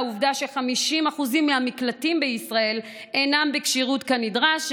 לעובדה ש-50% מהמקלטים בישראל אינם בכשירות כנדרש,